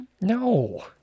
No